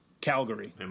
calgary